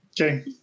Okay